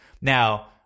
Now